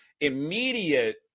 immediate